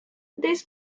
this